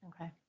Okay